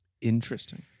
Interesting